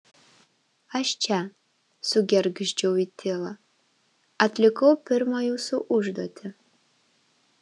aš čia sugergždžiau į tylą atlikau pirmą jūsų užduotį